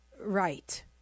Right